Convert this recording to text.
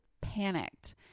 panicked